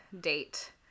date